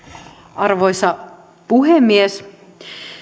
arvoisa puhemies